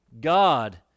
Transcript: god